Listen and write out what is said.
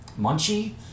Munchie